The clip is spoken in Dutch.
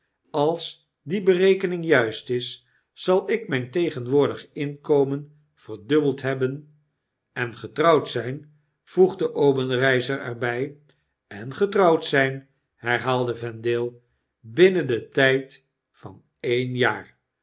als die berekening juist is zal ik myn tegenwoordig inkomen verdubbeld hebben en getrouwd zyn voegde obenreizer er by en getrouwd zijn herhaalde vendale binnen den tijd van een jaar